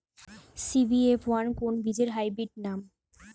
CBF one কোন বীজের hybrid নাম?